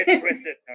twisted